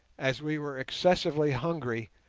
as we were excessively hungry,